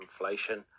inflation